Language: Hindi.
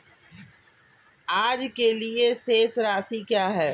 आज के लिए शेष राशि क्या है?